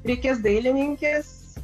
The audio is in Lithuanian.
reikės dailininkės